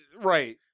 Right